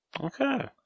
Okay